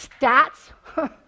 stats